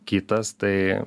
kitas tai